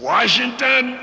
Washington